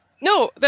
No